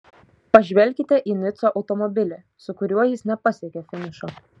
pažvelkite į nico automobilį su kuriuo jis nepasiekė finišo